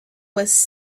was